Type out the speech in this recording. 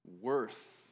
worse